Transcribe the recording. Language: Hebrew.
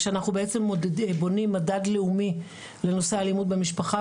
כשאנחנו בעצם בונים מדד לאומי לנושא אלימות במשפחה,